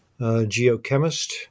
geochemist